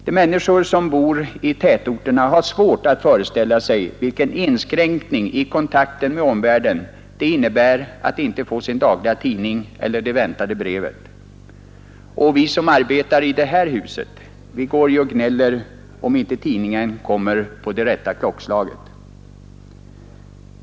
De människor som bor i tätorterna har svårt att föreställa sig vilken inskränkning i kontakten med omvärlden det innebär att inte få sin dagliga tidning eller det väntade brevet. Och vi som arbetar i detta hus går ju och gnäller, om inte tidningen kommer på det rätta klockslaget!